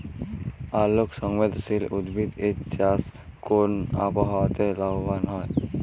আলোক সংবেদশীল উদ্ভিদ এর চাষ কোন আবহাওয়াতে লাভবান হয়?